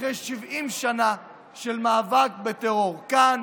אחרי 70 שנה של מאבק בטרור כאן,